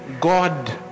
God